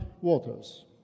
waters